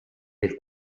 del